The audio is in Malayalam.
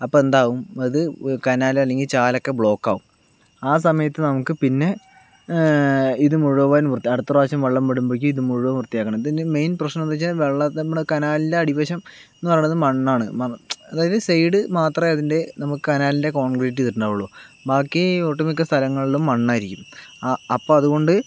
അപ്പോൾ എന്താകും ഇത് കനാല് അല്ലെങ്കിൽ ചാലൊക്കെ ബ്ലോക്ക് ആവും ആ സമയത്ത് നമുക്ക് പിന്നെ ഇതു മുഴുവൻ വൃത്തിയാ അടുത്ത പ്രാവശ്യം വെള്ളം വിടുമ്പോഴേക്കും ഇതു മുഴുവൻ വൃത്തിയാക്കണം ഇതിൻ്റെ മെയിൻ പ്രശ്നം എന്താണെന്ന് വെച്ചാൽ വെള്ളം നമ്മുടെ കനാലിൻ്റെ അടിവശം എന്ന് പറയണത് മണ്ണാണ് മ അതായത് സൈഡ് മാത്രം അതിൻ്റെ നമുക്ക് കനാലിൻ്റെ കോൺക്രീറ്റ് ചെയ്തിട്ടുണ്ടാവുകയുള്ളൂ ബാക്കി ഒട്ടുമിക്ക സ്ഥലങ്ങളിലും മണ്ണായിരിക്കും അപ്പോൾ അതുകൊണ്ട്